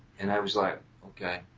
and i was like, okay.